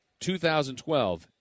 2012